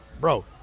Bro